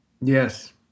Yes